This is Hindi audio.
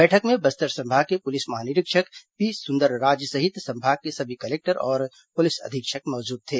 बैठक में बस्तर संभाग के पुलिस महानिरीक्षक पी सुंदरराज सहित संभाग के सभी कलेक्टर और पुलिस अधीक्षक मौजूद थे